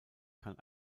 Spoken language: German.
kann